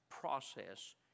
process